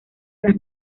las